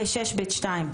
ו-6(ב)(2),